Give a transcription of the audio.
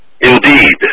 indeed